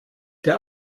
der